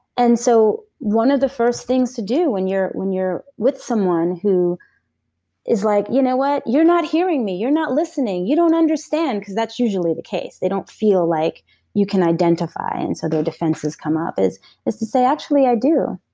and so one of the first things to do when you're when you're with someone who is like, you know what, you're not hearing me, you're not listening. you don't understand, because that's usually the case. they don't feel like you can identify, and so their defenses come up. is is to say, actually, i do.